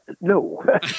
No